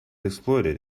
exploited